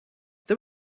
they